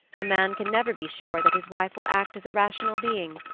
a man can never be sure that his wife will act as a rational being.